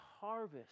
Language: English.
harvest